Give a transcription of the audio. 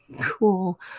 cool